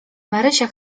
marysia